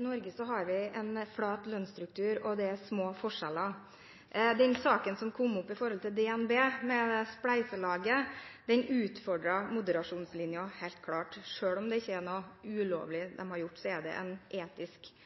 Norge har vi en flat lønnsstruktur, og det er små forskjeller. Den saken som kom opp om DNB, med det spleiselaget, utfordret helt klart moderasjonslinjen. Selv om de ikke har gjort noe ulovlig, er det en etisk utfordring som ligger der. Anerkjenner statsråden at en